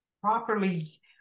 properly